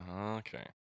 Okay